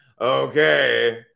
okay